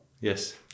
Yes